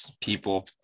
people